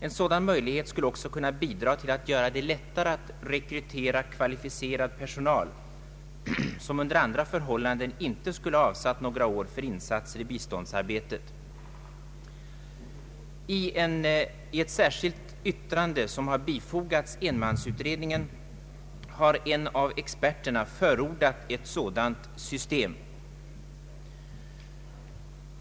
En sådan möjlighet skulle också kunna bidra till att göra det lättare att rekrytera kvalificerad personal, som under andra förhållanden inte skulle avsatt några år för insatser i biståndsarbetet. I ett särskilt yttrande som fogats till enmansutredningens betänkande har en av experterna förordat ett sådant system.